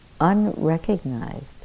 unrecognized